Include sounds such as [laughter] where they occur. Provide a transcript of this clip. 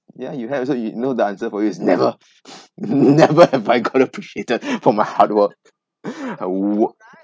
ya you have so you know the answer for you is never [laughs] never have I got appreciated from my hard work [laughs]